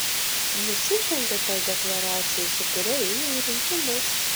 nusižengia tai deklaracijai su kuria ėjo į rinkimus